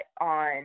on